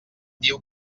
diu